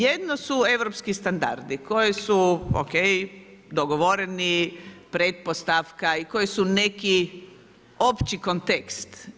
Jedno su europski standardi koji su ok, dogovoreni, pretpostavka i koji su neki opći kontekst.